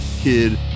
Kid